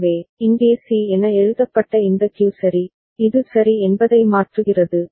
எனவே இங்கே C என எழுதப்பட்ட இந்த Q சரி இது சரி என்பதை மாற்றுகிறது